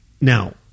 Now